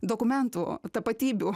dokumentų tapatybių